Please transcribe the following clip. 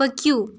پٔکِو